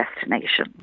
destination